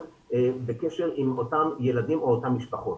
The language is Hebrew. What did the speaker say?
בקשר עם אותם ילדים או אותן משפחות.